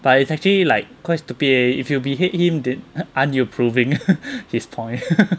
but it's actually like quite stupid leh if you behead him did~ ain't you proving his point